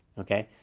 okay?